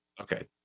Okay